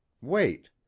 wait